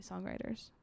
Songwriters